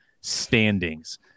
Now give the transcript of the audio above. standings